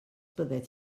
byddet